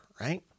right